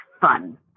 fun